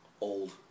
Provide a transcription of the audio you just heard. old